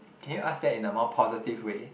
can you ask that in a more positive way